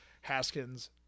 haskins